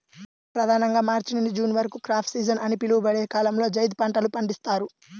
ప్రధానంగా మార్చి నుండి జూన్ వరకు క్రాప్ సీజన్ అని పిలువబడే కాలంలో జైద్ పంటలు పండిస్తారు